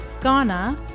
Ghana